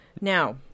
Now